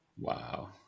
Wow